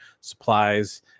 Supplies